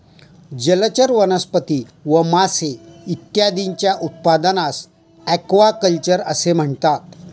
जलचर वनस्पती व मासे इत्यादींच्या उत्पादनास ॲक्वाकल्चर असे म्हणतात